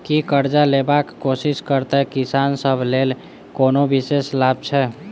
की करजा लेबाक कोशिश करैत किसान सब लेल कोनो विशेष लाभ छै?